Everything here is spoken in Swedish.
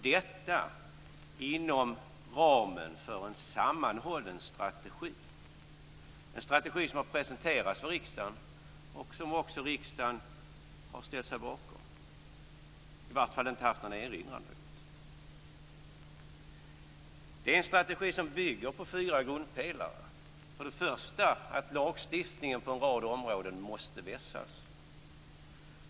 Detta inom ramen för en sammanhållen strategi, en strategi som presenterades för riksdagen och som också riksdagen har ställt sig bakom, i vart fall inte haft någon erinran mot. Det är en strategi som bygger på fyra grundpelare. För det första att lagstiftningen på en rad områden måste vässas.